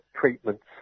treatments